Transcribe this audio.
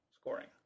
scoring